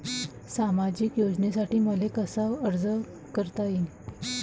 सामाजिक योजनेसाठी मले कसा अर्ज करता येईन?